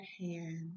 hand